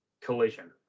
Collision